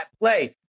play